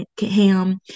ham